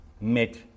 met